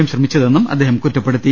M ശ്രമിച്ചതെന്നും അദ്ദേഹം കുറ്റപ്പെടുത്തി